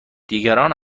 دیگران